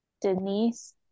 Denise